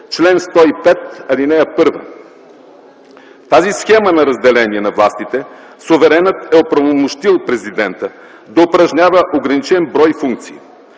чл. 105, ал. 1. В тази схема на разделение на властите суверенът е оправомощил президента да упражнява ограничен брой функции.